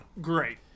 great